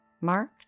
Mark